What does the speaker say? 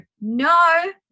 no